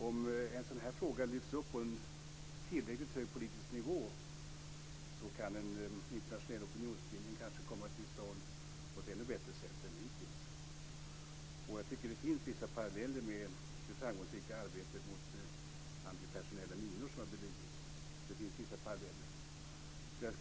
Om en sådan här fråga lyfts upp på en tillräckligt hög politisk nivå kan en internationell opinionsbildning kanske komma till stånd på ett ännu bättre sätt än hittills. Jag tycker att det finns vissa paralleller med det framgångsrika arbetet som har bedrivits mot antipersonella minor.